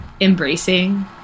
embracing